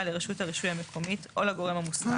לרשות הרישוי המקומית או לגורם המוסמך,